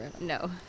No